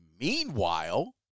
Meanwhile